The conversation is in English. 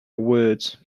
words